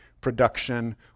production